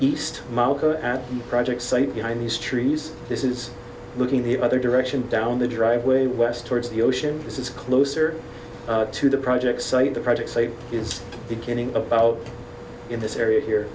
the project site behind these trees this is looking the other direction down the driveway west towards the ocean this is closer to the project site the project say is beginning about in this area here